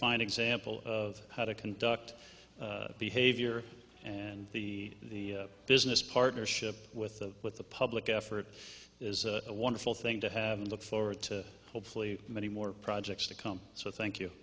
fine example of how to conduct behavior and the business partnership with with the public effort is a wonderful thing to have and look forward to hopefully many more projects to come so thank you